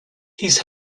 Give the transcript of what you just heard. he’s